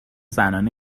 زنان